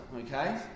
okay